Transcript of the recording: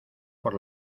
por